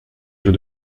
jeu